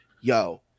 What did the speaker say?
yo